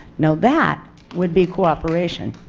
now that would be cooperation.